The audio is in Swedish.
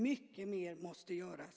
Mycket mer måste göras!